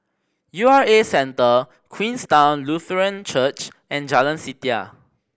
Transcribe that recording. U R A Centre Queenstown Lutheran Church and Jalan Setia